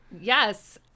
Yes